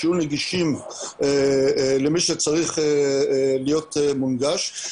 כדי שיהיו נגישים למי שצריך להיות מונגש,